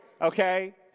okay